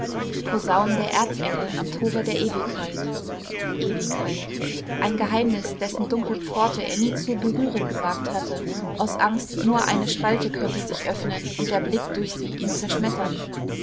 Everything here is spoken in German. posaunen der erzengel am tore der ewigkeit ewigkeit ein geheimnis dessen dunkle pforte er nie zu berühren gewagt hatte aus angst nur eine spalte könne sich öffnen und der blick durch sie ihn zerschmettern